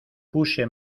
puse